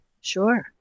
Sure